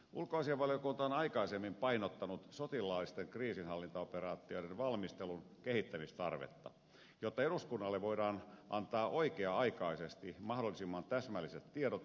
ulkoasiainvaliokunta on aikaisemmin painottanut sotilaallisten kriisinhallintaoperaatioiden valmistelun kehittämistarvetta jotta eduskunnalle voidaan antaa oikea aikaisesti mahdollisimman täsmälliset tiedot suunnitelmista